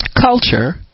culture